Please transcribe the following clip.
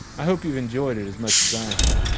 i hope you've enjoyed it as much as i have.